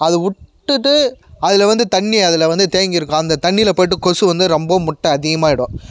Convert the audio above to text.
அதை விட்டுட்டு அதில் வந்து தண்ணி அதில் வந்து தேங்கியிருக்கும் அந்த தண்ணியில் போயிட்டு கொசு வந்து ரொம்ப முட்டை அதிகமாகிடும்